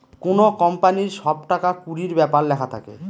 কোনো কোম্পানির সব টাকা কুড়ির ব্যাপার লেখা থাকে